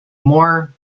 more